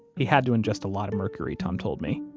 he had to ingest a lot of mercury, tom told me.